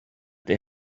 they